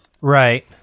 Right